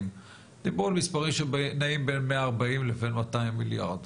דיברו על מספרים שנעים בין 140-200 מיליארד,